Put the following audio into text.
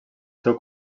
seu